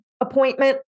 appointment